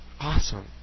Awesome